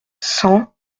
cent